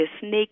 snake